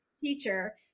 teacher